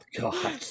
God